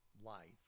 Life